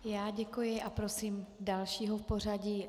I já děkuji a prosím dalšího v pořadí.